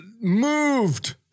Moved